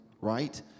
right